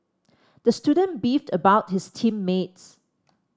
the student beefed about his team mates